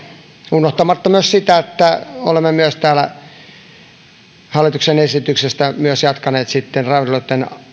unohtamatta myös sitä että olemme tällä hallituksen esityksellä myös jatkaneet sitten ravintoloitten